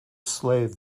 slave